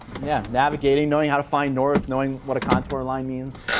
yeah. navigating, knowing how to find north, knowing what a contour line means.